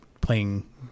playing